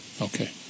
Okay